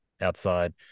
outside